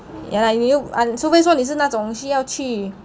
ya lah 因为除非说你是那种要去